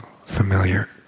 familiar